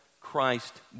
Christ